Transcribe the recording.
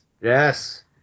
Yes